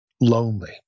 lonely